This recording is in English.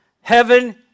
Heaven